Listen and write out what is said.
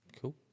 cool